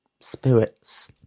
spirits